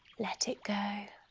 let it go,